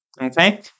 okay